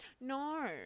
No